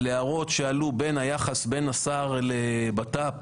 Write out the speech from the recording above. על הערות שעלו על היחס בין השר לבט"פ,